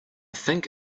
think